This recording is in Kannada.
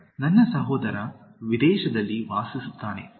6 ನನ್ನ ಸಹೋದರ ವಿದೇಶದಲ್ಲಿ ವಾಸಿಸುತ್ತಾನೆ